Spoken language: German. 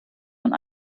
von